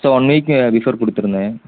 sir one week before கொடுத்துருந்தேன்